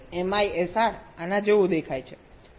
એક MISR આના જેવો દેખાય છે